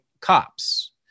cops